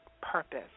purpose